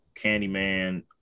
Candyman